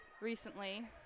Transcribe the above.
recently